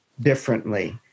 differently